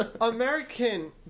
American